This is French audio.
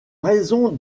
raison